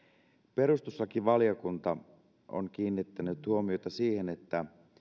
perustuslakivaliokunta on kiinnittänyt huomiota siihen että